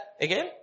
again